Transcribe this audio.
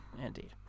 Indeed